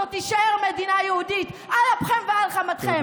זאת תישאר מדינה יהודית על אפכם ועל חמתכם,